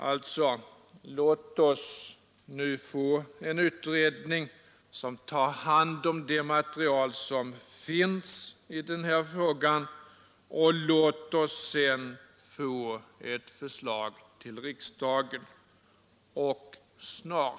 Alltså: Låt oss nu få en utredning som tar hand om det material som finns i den här frågan, och låt oss sedan få ett förslag till riksdagen — och snart!